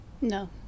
No